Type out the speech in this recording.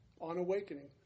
On-awakening